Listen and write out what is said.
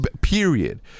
period